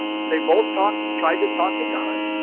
they both talked tried to talk to god